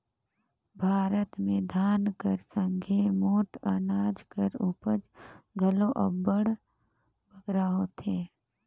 भारत में धान कर संघे मोट अनाज कर उपज घलो अब्बड़ बगरा होथे